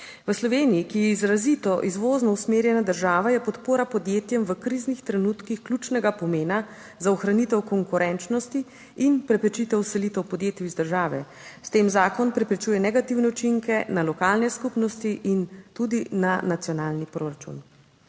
v Sloveniji, ki je izrazito izvozno usmerjena država, je podpora podjetjem v kriznih trenutkih ključnega pomena za ohranitev konkurenčnosti in preprečitev selitev podjetij iz države. S tem zakon preprečuje negativne učinke na lokalne skupnosti in tudi na nacionalni proračun.